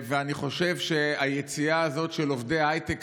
אני חושב שהיציאה הזאת של עובדי ההייטק